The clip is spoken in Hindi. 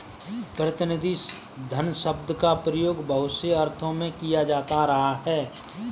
प्रतिनिधि धन शब्द का प्रयोग बहुत से अर्थों में किया जाता रहा है